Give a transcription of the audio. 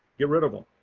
get rid of them.